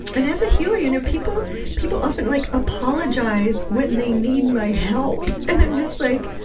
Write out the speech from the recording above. and as a healer, you know people people often like apologize when they need my help! and i'm just like,